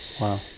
Wow